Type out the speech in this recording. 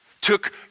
took